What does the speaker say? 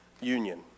union